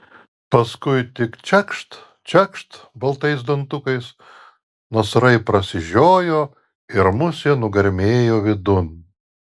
paskui tik čekšt čekšt baltais dantukais nasrai prasižiojo ir musė nugarmėjo vidun